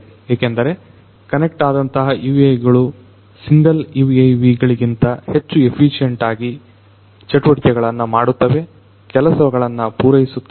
ಏಕೆಂದರೆ ಕರೆಕ್ಟ್ ಆದಂತಹ UAV ಗಳು ಸಿಂಗಲ್ UAV ಗಳಿಗಿಂತ ಹೆಚ್ಚು ಎಫಿಸಿಯೆಂಟ್ ಆಗಿ ಚಟುವಟಿಕೆಗಳನ್ನು ಮಾಡುತ್ತವೆ ಕೆಲಸಗಳನ್ನು ಪೂರೈಸುತ್ತದೆ